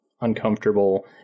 uncomfortable